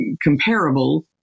comparable